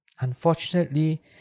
Unfortunately